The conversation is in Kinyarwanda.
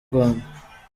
rwanda